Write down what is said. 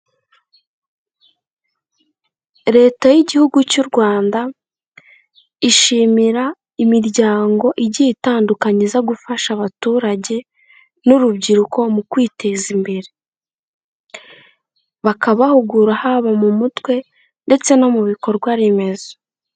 Leta y'Igihugu cy'u Rwanda, ishimira imiryango igiye itandukanye iza gufasha abaturage n'urubyiruko mu kwiteza imbere, bakabahugura haba mu mutwe ndetse no mu bikorwa remezo.